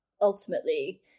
ultimately